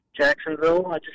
Jacksonville